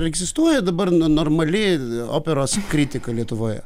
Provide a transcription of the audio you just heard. egzistuoja dabar nu normali operos kritika lietuvoje